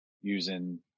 using